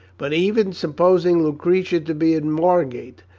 but even sup posing lucretia to be in margate,